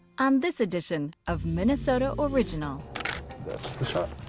um this edition of minnesota original that's the shot.